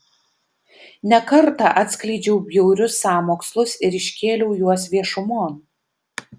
ne kartą atskleidžiau bjaurius sąmokslus ir iškėliau juos viešumon